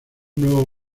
nuevo